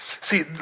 See